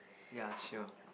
ya sure